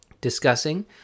discussing